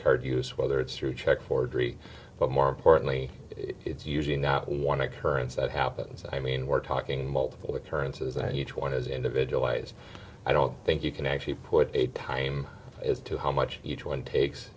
card use whether it's through check forgery but more importantly it's one occurrence that happens i mean we're talking multiple occurrences and each one is individualized i don't think you can actually put a time as to how much each one takes